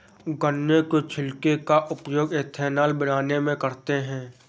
गन्ना के छिलके का उपयोग एथेनॉल बनाने में करते हैं